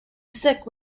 sick